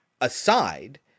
aside